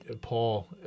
Paul